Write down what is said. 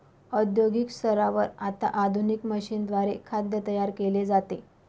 औद्योगिक स्तरावर आता आधुनिक मशीनद्वारे खाद्य तयार केले जाते